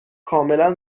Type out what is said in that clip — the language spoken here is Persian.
کاملا